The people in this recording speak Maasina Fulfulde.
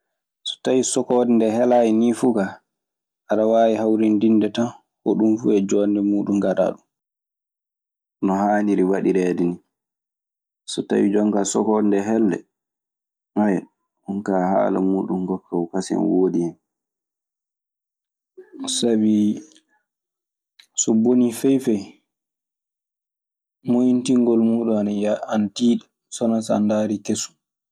So tawii sokoode ndee helaayi nii fuu kaa. Aɗa waawi hawrindinde tan, hoɗun fuu e joonde muuɗun ngaɗaa ɗun no haaniri waɗireede nii. So tawii jon kaa sokoode ndee helnde, ɗun kaa haala muuɗun ngokka kasen woodi hen. Sabii so bonii fey fey moƴintingol muuɗun ana yaa... ana tiiɗi, so wanaa so a ndaarii kesun.